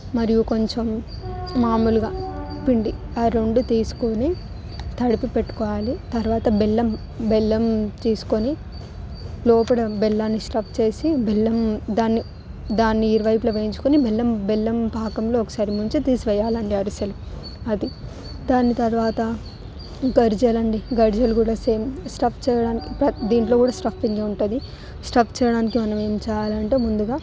మరియు కొంచెం మాములుగా పిండి ఆ రెండు తీసుకుని తడిపి పెట్టుకోవాలి తర్వాత బెల్లం బెల్లం తీసుకొని లోపల బెల్లాన్ని స్టఫ్ చేసి బెల్లం దాన్ని దాన్ని ఇరువైపులా వేయించుకొని బెల్లం బెల్లం పాకంలో ఒకసారి ముంచి తీసివేయాలండీ అరిసెలు అది దాన్ని తర్వాత గరిజాలు అండి గరిజాలు కూడా సేమ్ స్టఫ్ చేయడానికి దీంట్లో కూడా స్టఫింగ్ ఉంటుం ది స్టఫ్ చేయడానికి మనం ఏం చేయాలి అంటే ముందుగా